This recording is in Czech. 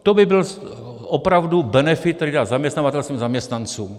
To by byl opravdu benefit, který dá zaměstnavatel svým zaměstnancům.